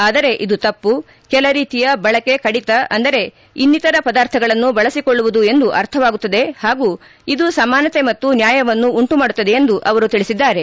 ಆದರೆ ಇದು ತಪ್ಪು ಕೆಲ ರೀತಿಯ ಬಳಕೆ ಕಡಿತ ಅಂದರೆ ಇನ್ನಿತರ ಪದಾರ್ಥಗಳನ್ನು ಬಳಸಿಕೊಳ್ಳುವುದು ಎಂದು ಅರ್ಥವಾಗುತ್ತದೆ ಹಾಗೂ ಇದು ಸಮಾನತೆ ಮತ್ತು ನ್ಯಾಯವನ್ನು ಉಂಟು ಮಾಡುತ್ತದೆ ಎಂದು ಅವರು ತಿಳಿಸಿದ್ದಾರೆ